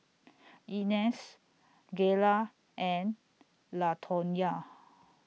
Inez Gayla and Latonya